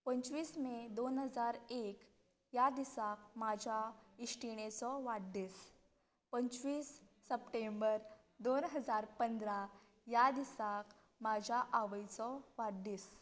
पंचवीस मे दोन हजार एक ह्या दिसा म्हज्या इश्टिणेचो वाडदीस पंचवीस सप्टेंबर दोन हजार पंदरा ह्या दिसा म्हज्या आवयचो वाडदीस